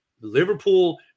Liverpool